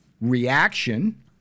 reaction